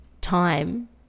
time